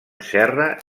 serra